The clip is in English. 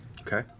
Okay